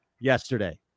yesterday